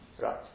Right